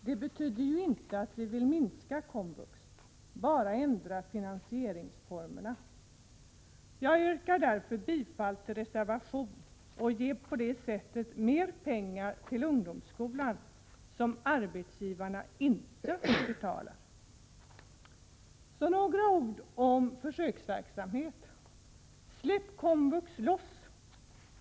Det betyder inte att vi vill minska komvux, bara att vi vill ändra finansieringsformerna. Jag yrkar bifall till reservation 2. Ett bifall till denna reservation skulle innebära mer pengar till ungdomsskolan, som arbetsgivarna inte betalar. Så några ord om försöksverksamheten. Släpp komvux loss!